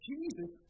Jesus